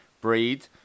Breed